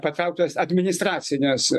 patrauktas administracinės